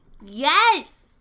Yes